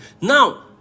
now